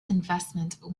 investment